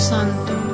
Santo